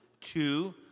two